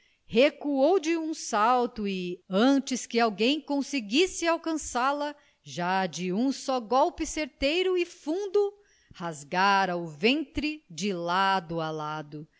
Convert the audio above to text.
recuou de um salto e antes que alguém conseguisse alcançá-la já de um só golpe certeiro e fundo rasgara o ventre de lado a lado